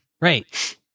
Right